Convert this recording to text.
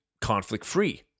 conflict-free